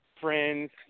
friends